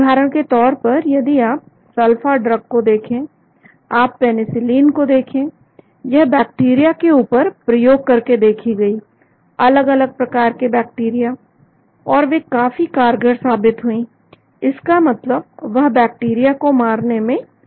उदाहरण के तौर पर यदि आप सल्फा ड्रग को देखें आप पेनिसिलिन को देखें यह बैक्टीरिया के ऊपर प्रयोग करके देखी गई अलग अलग प्रकार के बैक्टीरिया और वे काफी कारगर साबित हुई इसका मतलब वह बैक्टीरिया को मारने में सक्षम थी